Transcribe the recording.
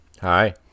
Hi